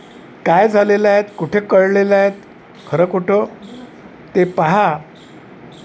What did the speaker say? काय झालेलं आहेत कुठे कळलेलं आहेत खरं खोटं ते पहा